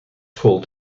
school